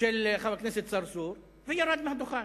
של חבר הכנסת צרצור, וירד מהדוכן.